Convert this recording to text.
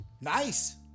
Nice